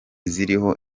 ziriho